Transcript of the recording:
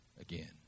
again